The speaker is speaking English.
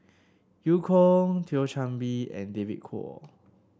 Eu Kong Thio Chan Bee and David Kwo